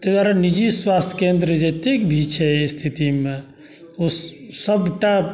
ताहि दुआरे निजी स्वास्थ केन्द्र जतेक भी छै एहि स्थितिमे ओ सबटा